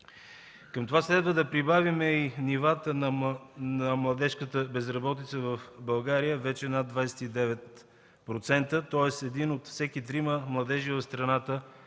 Към това следва да прибавим и нивата на младежката безработица в България вече над 29%, тоест един от всеки трима младежи в страната